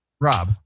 Rob